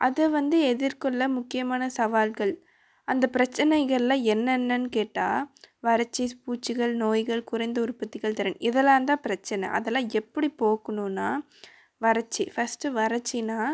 அதை வந்து எதிர் கொள்ள முக்கியமான சவால்கள் அந்த பிரச்சனைகளில் என்னென்னனு கேட்டால் வறட்சி பூச்சிகள் நோய்கள் குறைந்த உற்பத்திகள் திறன் இதெலான் தான் பிரெச்சின அதெலாம் எப்படி போக்குணுன்னா வறட்சி ஃபஸ்ட்டு வறட்சினால்